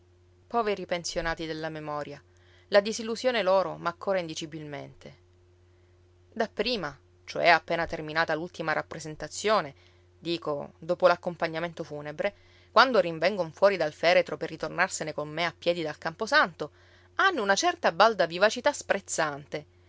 poveri pensionati della memoria la disillusione loro m'accora indicibilmente dapprima cioè appena terminata l'ultima rappresentazione dico dopo l'accompagnamento funebre quando rinvengon fuori dal feretro per ritornarsene con me a piedi dal camposanto hanno una certa balda vivacità sprezzante